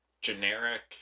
generic